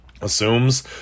assumes